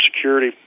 security